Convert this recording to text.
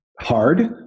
hard